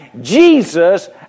Jesus